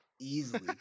Easily